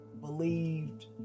believed